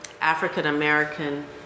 African-American